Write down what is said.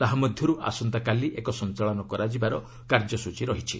ତାହା ମଧ୍ୟରୁ ଆସନ୍ତାକାଲି ଏକ ସଂଚାଳନ କରାଯିବାର କାର୍ଯ୍ୟସ୍ଟଚୀ ରହିଛି